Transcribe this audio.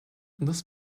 this